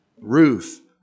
Ruth